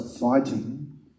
fighting